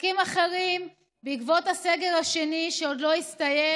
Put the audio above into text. עסקים אחרים, בעקבות הסגר השני שעוד לא הסתיים,